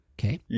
Okay